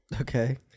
Okay